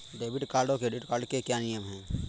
Debit card और credit card के क्या क्या नियम हैं?